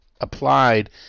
applied